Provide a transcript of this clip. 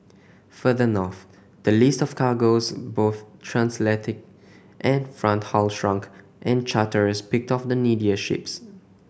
further north the list of cargoes both transatlantic and front haul shrunk and charterers picked off the needier ships